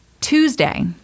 Tuesday